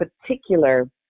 particular